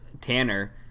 tanner